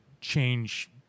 change